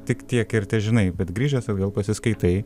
tik tiek ir težinai bet grįžęs atgal pasiskaitai